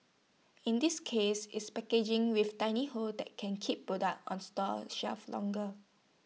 in this case it's packaging with tiny holes that can keep product on store shelves longer